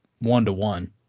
One-to-one